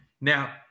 Now